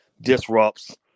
disrupts